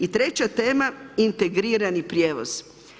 I treća tema, integrirani prijevoz.